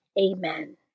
Amen